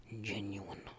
genuine